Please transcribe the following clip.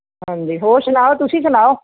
ਹਾਂਜੀ ਹੋਰ ਸੁਣਾਓ ਤੁਸੀਂ ਸੁਣਾਓ